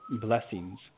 blessings